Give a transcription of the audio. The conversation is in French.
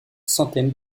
centaines